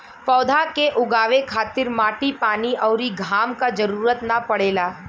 पौधा के उगावे खातिर माटी पानी अउरी घाम क जरुरत ना पड़ेला